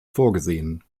vorgesehen